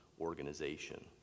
organization